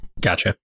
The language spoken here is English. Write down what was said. gotcha